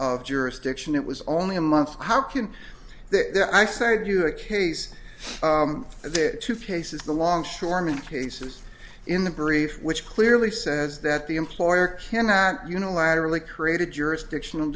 of jurisdiction it was only a month how can i save you a case there are two cases the longshoreman cases in the brief which clearly says that the employer cannot unilaterally created